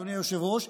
אדוני היושב-ראש,